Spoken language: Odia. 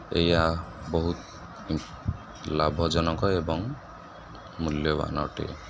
ଏହା ବହୁତ ଲାଭଜନକ ଏବଂ ମୂଲ୍ୟବାନ୍ ଅଟେ